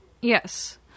Yes